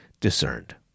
discerned